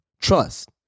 Trust